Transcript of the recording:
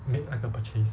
make like a purchase